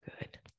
Good